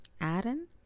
aaron